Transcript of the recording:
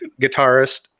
guitarist